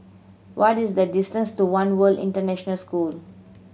what is the distance to One World International School